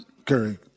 Curry